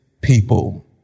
people